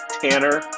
tanner